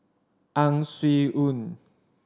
Ang Swee Aun